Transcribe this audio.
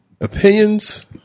Opinions